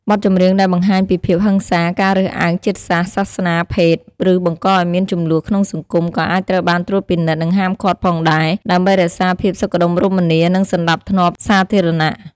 បទចម្រៀងដែលបង្ហាញពីភាពហិង្សា ការរើសអើងជាតិសាសន៍ សាសនា ភេទ ឬបង្កឱ្យមានជម្លោះក្នុងសង្គមក៏អាចត្រូវបានត្រួតពិនិត្យ និងហាមឃាត់ផងដែរ ដើម្បីរក្សាភាពសុខដុមរមនា និងសណ្តាប់ធ្នាប់សាធារណៈ។